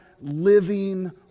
living